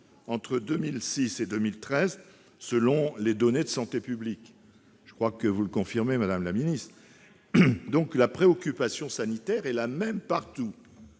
entre 2006 et 2013, selon les données de santé publique, ce que peut nous confirmer Mme la ministre. La préoccupation sanitaire est donc la même partout.